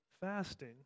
fasting